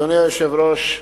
אדוני היושב-ראש,